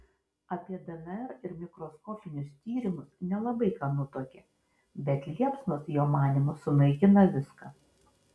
apie dnr ir mikroskopinius tyrimus nelabai ką nutuokė bet liepsnos jo manymu sunaikina viską